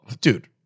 dude